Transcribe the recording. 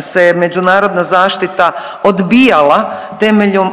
se međunarodna zaštita odbijala temeljem